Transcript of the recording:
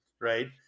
Right